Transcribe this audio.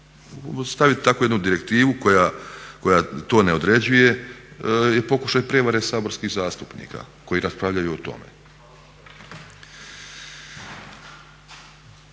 Staviti tako jednu direktivu koja to ne određuje je pokušaj prevare saborskih zastupnika koji raspravljaju o tome.